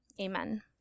amen